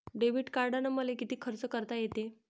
Debit कार्डानं मले किती खर्च करता येते?